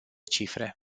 cifre